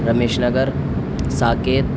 Ramesh Nagar Saket